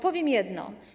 Powiem jedno.